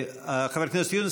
חבר הכנסת יונס,